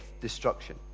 destruction